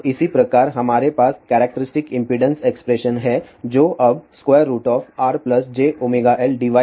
अब इसी प्रकार हमारे पास कैरेक्टरिस्टिक इम्पीडेन्स एक्सप्रेशन है जो अब RjωLGjωCहैं